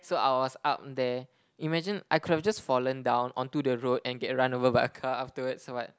so I was up there imagine I could have just fallen down onto the road and get run over by a car afterwards but